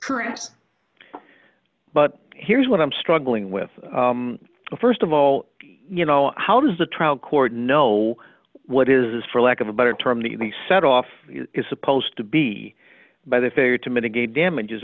correct but here's what i'm struggling with st of all you know how does the trial court know what is is for lack of a better term the set off is supposed to be by the failure to mitigate damages